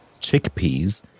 chickpeas